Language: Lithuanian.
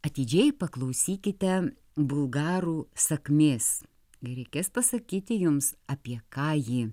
atidžiai paklausykite bulgarų sakmės gi reikės pasakyti jums apie ką ji